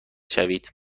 شوید